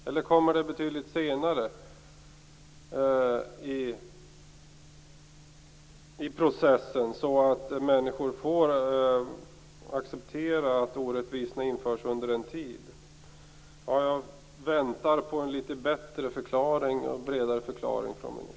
Eller kommer det betydligt senare i processen, så att människor får acceptera att orättvisorna införs under en tid? Jag väntar på en litet bättre och bredare förklaring från ministern.